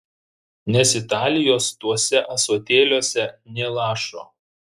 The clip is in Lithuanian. nes italijos tuose ąsotėliuose nė lašo